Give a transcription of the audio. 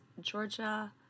georgia